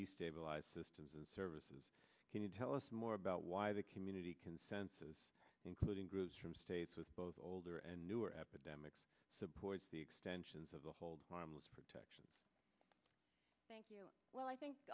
destabilize systems and services can you tell us more about why the community consensus including groups from states with both older and newer epidemics the extensions of the whole protection well i think